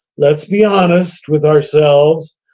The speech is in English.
let's be honest with ourselves.